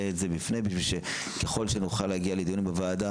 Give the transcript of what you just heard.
את זה ככה שנוכל להגיע לדיונים בוועדה